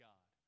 God